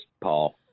Paul